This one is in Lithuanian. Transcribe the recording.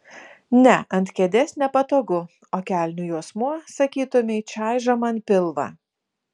ne ant kėdės nepatogu o kelnių juosmuo sakytumei čaižo man pilvą